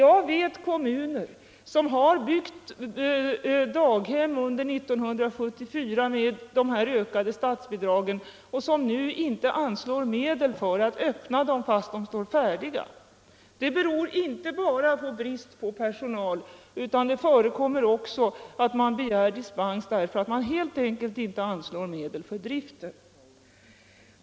Jag känner till kommuner som har byggt daghem under år 1974 med hjälp av de ökade statsbidragen men som nu inte anslår medel för att öppna daghemmen fastän de står färdiga. Det beror alltså inte bara på bristen på personal, utan det förekommer också att man begär dispens därför att man helt enkelt inte har anslagit medel för driften.